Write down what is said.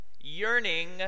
yearning